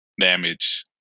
damage